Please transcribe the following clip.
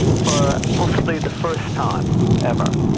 for possibly the first time ever,